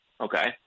okay